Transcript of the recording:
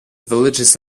villages